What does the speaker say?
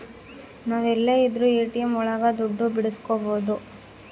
ನಾವ್ ಎಲ್ಲೆ ಇದ್ರೂ ಎ.ಟಿ.ಎಂ ಒಳಗ ದುಡ್ಡು ಬಿಡ್ಸ್ಕೊಬೋದು